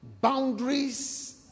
boundaries